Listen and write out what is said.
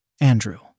Andrew